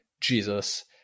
Jesus